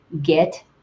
get